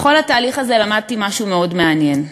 בכל התהליך הזה למדתי משהו מאוד מעניין,